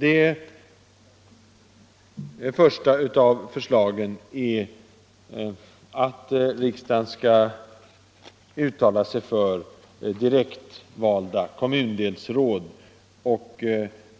Det första av förslagen är att riksdagen skall uttala sig för direktvalda kommundelsråd och